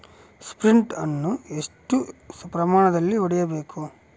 Sprint ಅನ್ನು ಎಷ್ಟು ಪ್ರಮಾಣದಲ್ಲಿ ಹೊಡೆಯಬೇಕು?